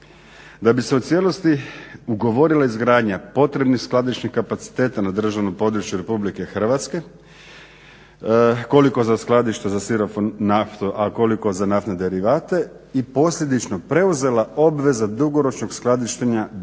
Da bi se u cijelosti ugovorila izgradnja potrebnih skladišnih kapaciteta na državnom području RH koliko za skladišta za sirovu naftu, a koliko za naftne derivate i posljedično preuzela obveze dugoročnog skladištenja bilo